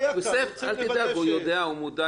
אל תדאג, הוא מודע לזה.